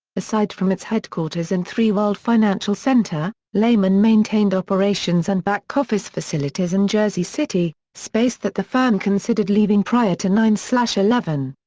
aside from its headquarters in three world financial center, lehman maintained operations-and-backoffice facilities in jersey city, space that the firm considered leaving prior to nine yeah eleven.